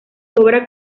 obra